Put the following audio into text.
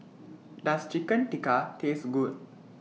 Does Chicken Tikka Taste Good